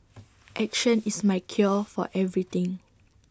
action is my cure for everything